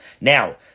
now